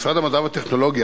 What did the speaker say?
משרד המדע והטכנולוגיה